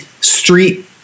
street